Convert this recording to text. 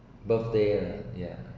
birthday ah yeah